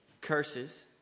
curses